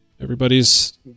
Everybody's